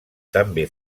també